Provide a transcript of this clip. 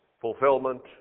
fulfillment